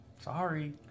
Sorry